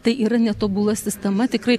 tai yra netobula sistema tikrai